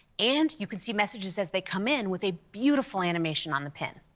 and you can see messages as they come in with a beautiful animation on the pin.